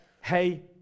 Hey